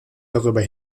darüber